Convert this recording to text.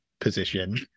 position